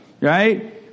right